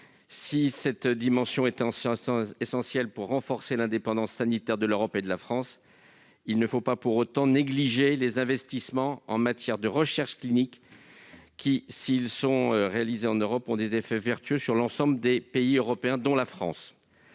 Si cette dimension est essentielle pour renforcer l'indépendance sanitaire de l'Europe et de la France, il ne faut pas négliger pour autant les investissements en matière de recherche clinique qui, s'ils sont réalisés en Europe, ont des effets vertueux sur l'ensemble des pays européens, notamment la France.